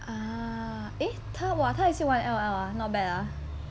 ah eh 他 !wah! 他也是有玩 L_O_L ah !wah! not bad ah